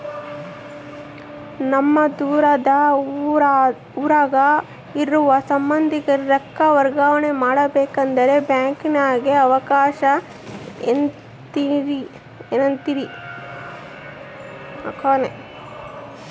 ನಮ್ಮ ದೂರದ ಊರಾಗ ಇರೋ ಸಂಬಂಧಿಕರಿಗೆ ರೊಕ್ಕ ವರ್ಗಾವಣೆ ಮಾಡಬೇಕೆಂದರೆ ಬ್ಯಾಂಕಿನಾಗೆ ಅವಕಾಶ ಐತೇನ್ರಿ?